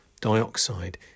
dioxide